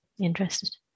interested